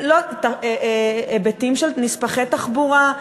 בהיבטים של נספחי תחבורה.